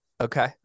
Okay